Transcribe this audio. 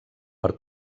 per